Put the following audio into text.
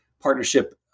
partnership